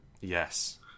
Yes